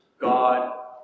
God